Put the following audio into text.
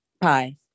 Pie